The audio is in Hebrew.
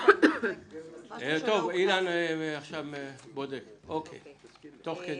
אילן עכשיו בודק, תוך כדי.